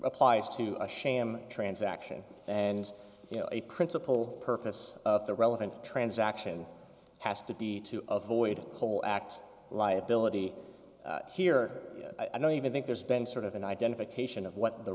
applies to a sham transaction and a principal purpose of the relevant transaction has to be to avoid the whole act liability here i don't even think there's been sort of an identification of what the